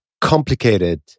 complicated